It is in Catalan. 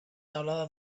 teulada